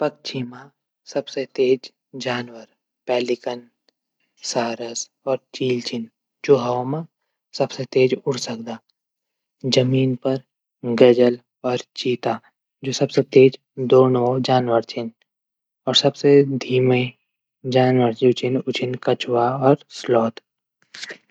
पक्षी मा सबसे तेज जानवर पैलिकन सारस और चील छन। हवा मा सबसे तेज उडी सकदन। जमीन पर गजल चीता सबसे तेज दौण वलू जानवर छन।।सबसे धीमे जानवर जू छन। कछुआ और. स्लाथ।